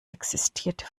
existierte